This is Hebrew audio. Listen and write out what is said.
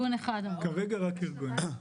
כרגע רק ארגון אחד.